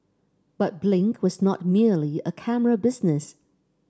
but Blink was not merely a camera business